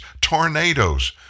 tornadoes